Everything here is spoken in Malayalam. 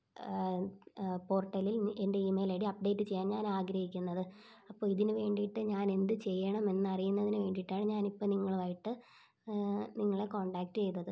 പോർട്ടലിൽ എൻ്റെ email email I D update ചെയ്യാൻ ഞാൻ ആഗ്രഹിക്കുന്നത് അപ്പോൾ ഇതിന് വേണ്ടിയിട്ട് ഞാൻ എന്ത് ചെയ്യണമെന്നറിയുന്നതിന് വേണ്ടിയിട്ടാണ് ഞാനിപ്പം നിങ്ങളുമായിട്ട് നിങ്ങളെ കോൺടാക്റ്റ് ചെയ്തത്